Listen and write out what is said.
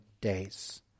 days